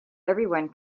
everyone